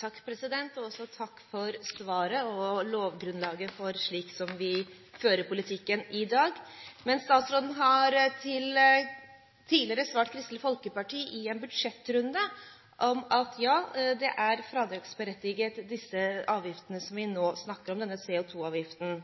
Takk for svaret og for det statsråden sa om lovgrunnlaget for politikken slik vi fører den i dag. Men statsråden har tidligere svart Kristelig Folkeparti i en budsjettrunde at ja, de er fradragsberettiget, disse avgiftene vi nå snakker om, denne CO2-avgiften.